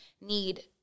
need